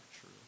true